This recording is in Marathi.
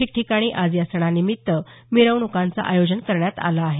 ठिकठिकाणी आज या सणानिमित्त मिरवण्कांचं आयोजन करण्यात आलं आहे